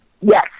Yes